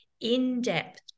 in-depth